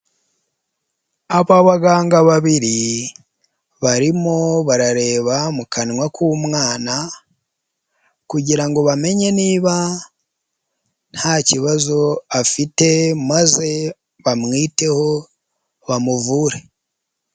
Aba baganga babiri barimo barareba mu kanwa k'umwana kugira ngo bamenye niba ntakibazo afite maze bamwiteho bamuvure.